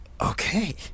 Okay